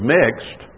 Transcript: mixed